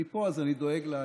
אני פה אז אני דואג לה,